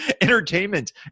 entertainment